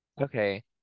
okay